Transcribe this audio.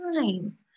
time